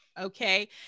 Okay